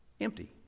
empty